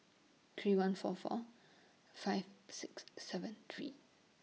three one four four five six seven three